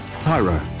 Tyro